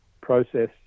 process